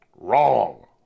Wrong